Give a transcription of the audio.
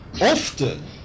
often